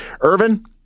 Irvin